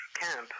camp